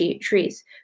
trees